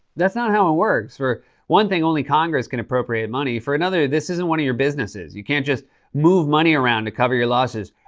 that's not how it works. for one thing, only congress can appropriate money. for another, this isn't one of your businesses. you can't move money around to cover your losses.